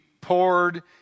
poured